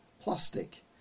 plastic